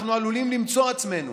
אנחנו עלולים למצוא את עצמנו